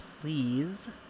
Please